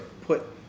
put